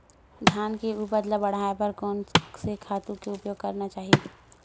धान के उपज ल बढ़ाये बर कोन से खातु के उपयोग करना चाही?